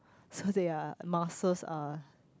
so they are muscles are